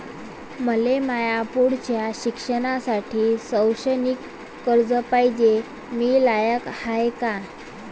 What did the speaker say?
मले माया पुढच्या शिक्षणासाठी शैक्षणिक कर्ज पायजे, मी लायक हाय का?